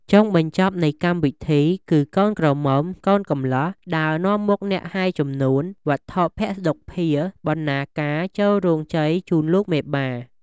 ចុងបញ្ចប់នៃកម្មវិធីគឺកូនក្រមុំកូនកំលោះដើរនាំមុខអ្នកហែជំនូន វត្ថុភស្តភាបណ្ណាការចូលរោងជ័យជូនលោកមេបា។